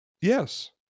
yes